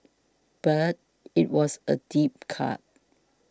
but it was a deep cut